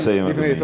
נא לסיים, אדוני.